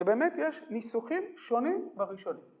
‫ובאמת יש ניסוחים שונים בראשונים.